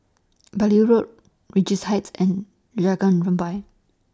Beaulieu Road Regents Heights and Rampai